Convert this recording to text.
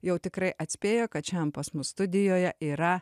jau tikrai atspėjo kad šiandien pas mus studijoje yra